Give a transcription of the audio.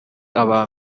aba